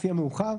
לפי המאוחר,